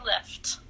lift